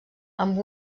amb